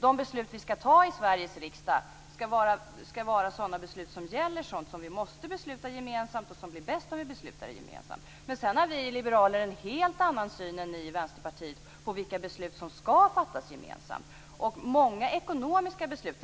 De beslut vi skall ta i Sveriges riksdag skall vara beslut som gäller sådant som vi måste besluta gemensamt och som blir bäst om vi beslutar gemensamt. Sedan har vi liberaler en helt annan syn än ni i Vänsterpartiet på vilka beslut som skall fattas gemensamt.